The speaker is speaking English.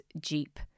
Jeep